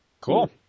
Cool